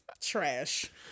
Trash